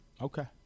Okay